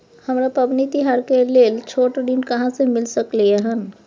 हमरा पबनी तिहार के लेल छोट ऋण कहाँ से मिल सकलय हन?